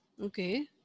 Okay